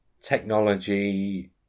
technology